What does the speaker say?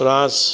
France